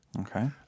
okay